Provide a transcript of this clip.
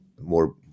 more